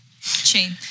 chain